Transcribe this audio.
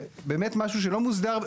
באמת משהו שלא מוסדר,